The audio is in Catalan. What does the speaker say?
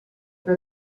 que